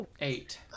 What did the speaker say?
Eight